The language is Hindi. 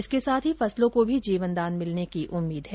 इसके साथ ही फसलों को भी जीवनदान मिलने की उम्मीद है